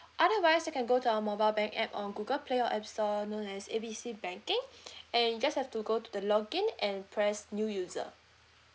otherwise you can go to our mobile bank app on google play or apps store known as A B C banking and you just have to go to the login and press new user